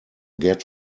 get